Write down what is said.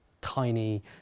tiny